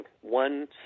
one